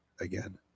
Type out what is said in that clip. again